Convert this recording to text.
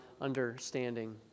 understanding